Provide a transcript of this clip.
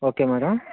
okay madam